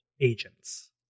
agents